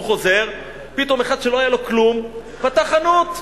הוא חוזר, פתאום אחד שלא היה לא כלום פתח חנות,